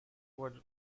was